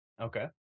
Okay